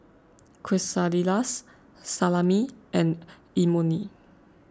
Quesadillas Salami and Imoni